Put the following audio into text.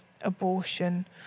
abortion